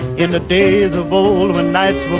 in the days and nights.